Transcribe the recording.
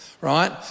right